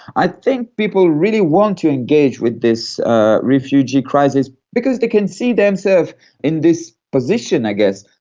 i think people really want to engage with this refugee crisis because they can see themselves in this position i guess.